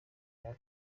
yarwo